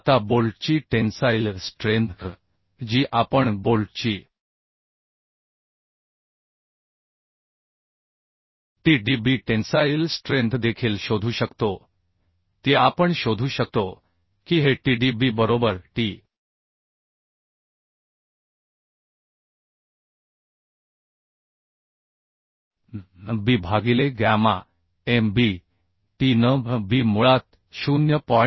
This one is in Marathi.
आता बोल्टची टेन्साइल स्ट्रेंथ जी आपण बोल्टची T d B tensile strength देखील शोधू शकतो ती आपण शोधू शकतो की हे T d B बरोबर T n B भागिले gamma m B T n B मुळात 0